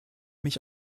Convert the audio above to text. mich